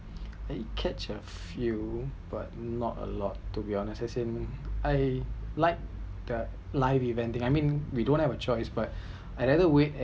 catch a few but not a lot to be honest as same I like the live event I mean we don’t have a choice but another way